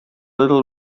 little